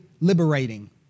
liberating